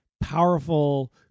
powerful